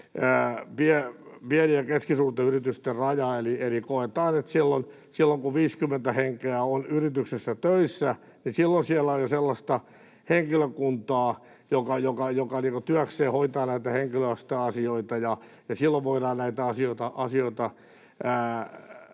pienten ja keskisuurten yritysten raja. Eli koetaan, että silloin kun 50 henkeä on yrityksessä töissä, silloin siellä on jo sellaista henkilökuntaa, joka työkseen hoitaa näitä henkilöstöasioita, ja silloin voidaan näitä asioita